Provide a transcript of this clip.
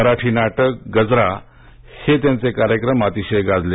मराठी नाटक गजरा हा कार्यक्रम अतिशय गाजले